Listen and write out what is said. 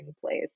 place